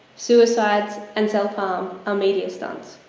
suicides, and self-harm are media stunts.